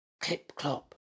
clip-clop